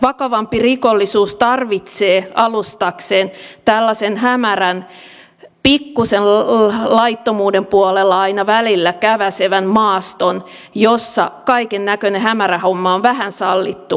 vakavampi rikollisuus tarvitsee alustakseen tällaisen hämärän pikkuisen laittomuuden puolella aina välillä käväisevän maaston jossa kaikennäköinen hämärähomma on vähän sallittua